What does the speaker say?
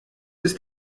ist